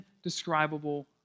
indescribable